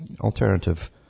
alternative